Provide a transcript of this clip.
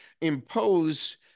impose